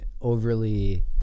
overly